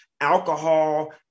alcohol